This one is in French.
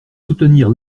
soutenir